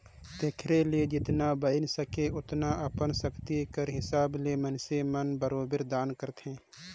तेकरे ले जेतना बइन सके ओतना अपन सक्ति कर हिसाब ले मइनसे मन बरोबेर दान करथे